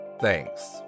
Thanks